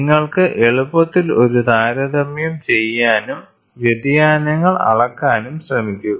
നിങ്ങൾക്ക് എളുപ്പത്തിൽ ഒരു താരതമ്യം ചെയ്യാനും വ്യതിയാനങ്ങൾ അളക്കാനും ശ്രമിക്കുക